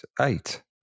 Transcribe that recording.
eight